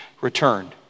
returned